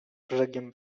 brzegiem